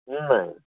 नाही